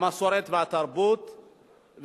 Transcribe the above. המסורת והתרבות,